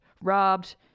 robbed